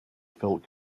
felt